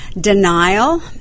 denial